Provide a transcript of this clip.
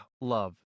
love